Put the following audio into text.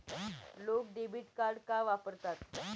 लोक debit card का वापरतात?